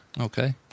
Okay